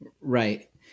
Right